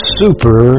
super